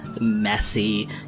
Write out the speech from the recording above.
messy